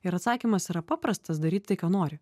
ir atsakymas yra paprastas daryt tai ką nori